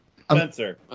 Spencer